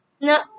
No